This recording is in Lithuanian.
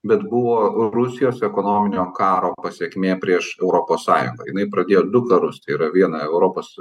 bet buvo rusijos ekonominio karo pasekmė prieš europos sąjunga jinai pradėjo du karus tai yra vieną europos